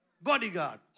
bodyguard